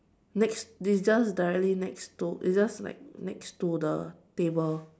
next this is just directly next to it's just like next to the table